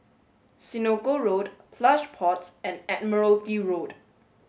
Senoko Road Plush Pods and Admiralty Road